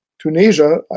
tunisia